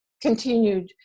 continued